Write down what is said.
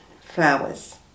flowers